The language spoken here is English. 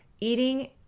eating